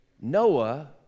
Noah